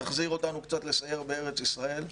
תחזיר אותנו לסייר בארץ ישראל.